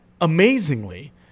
amazingly